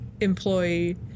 employee